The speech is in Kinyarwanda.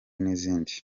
n’izindi